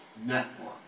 network